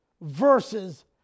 verses